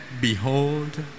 behold